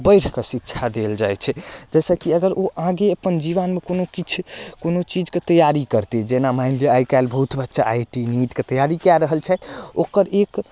बढ़िकऽ शिक्षा देल जाइ छै जाहिसँ की अगर ओ आगे अपन जीवनमे कोनो किछु कोनो चीजके तैयारी करतै जेना मानिलिअ आइकाल्हि बहुत बच्चा आइ आइ टी नीट के तैयारी कए रहल छथि ओकर एक